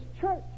church